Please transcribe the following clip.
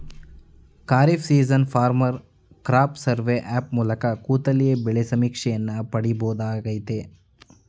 kharif season farmer crop survey app ಮೂಲಕ ಕೂತಲ್ಲಿಯೇ ಬೆಳೆ ಸಮೀಕ್ಷೆಯನ್ನು ಪಡಿಬೋದಾಗಯ್ತೆ